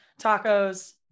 Tacos